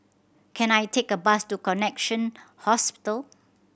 can I take a bus to Connexion Hospital